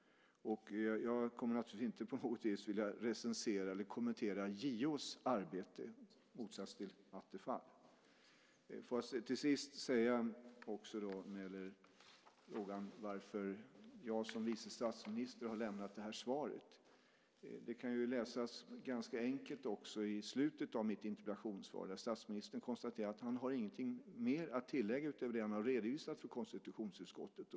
Jag kommer naturligtvis inte på något vis att vilja recensera eller kommentera JO:s arbete, i motsats till Attefall. Till sist vill jag säga en sak angående frågan om varför jag som vice statsminister har lämnat det här svaret. Det kan läsas ganska enkelt i slutet av mitt interpellationssvar att statsministern konstaterar att han inte har någonting mer att tillägga utöver det han har redovisat för konstitutionsutskottet.